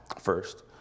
first